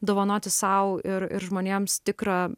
dovanoti sau ir ir žmonėms tikrą